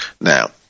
Now